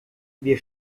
wir